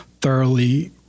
thoroughly